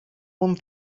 one